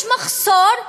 יש מחסור בהמון,